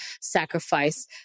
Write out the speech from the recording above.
sacrifice